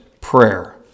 prayer